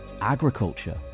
agriculture